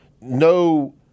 no